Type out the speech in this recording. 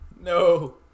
no